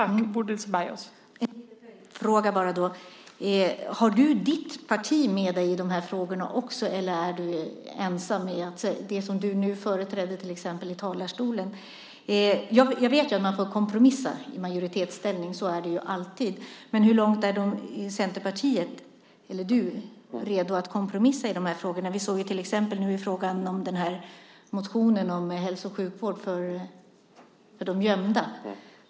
Fru talman! Då är min fråga till Fredrick Federley: Har du ditt parti med dig i de här frågorna eller är du ensam om det som du nu företräder i talarstolen? Jag vet att man får kompromissa i majoritetsställning - så är det ju alltid. Men hur långt är du redo att kompromissa i de här frågorna? Vi har ju till exempel motionen om hälso och sjukvård för de gömda.